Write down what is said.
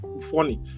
funny